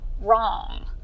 wrong